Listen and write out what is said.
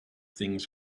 things